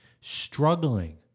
struggling